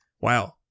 Wow